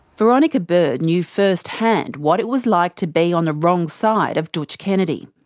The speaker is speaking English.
veronica bird knew first-hand what it was like to be on the wrong side of dootch kennedy.